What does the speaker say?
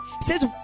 says